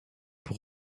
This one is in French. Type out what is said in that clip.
pour